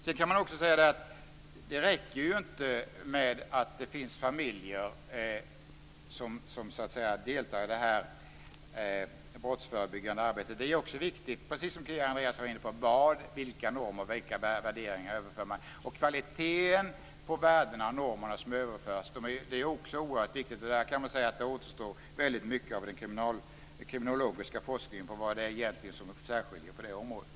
Sedan kan man säga att det räcker ju inte att det finns familjer som deltar i det här brottsförebyggande arbetet. Det är också, precis om Kia Andreasson var inne på, viktigt med vilka normer och värderingar man överför. Kvaliteten på värdena och normerna som överförs är också oerhört viktig. Man kan säga att det återstår väldigt mycket kriminologisk forskning om vad det egentligen är som särskiljer på det området.